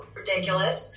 ridiculous